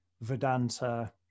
Vedanta